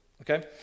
okay